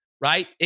right